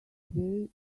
this